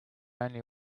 only